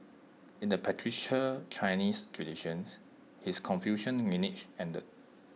in the patriarchal Chinese traditions his Confucian lineage ended